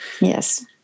yes